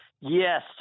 Yes